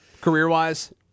career-wise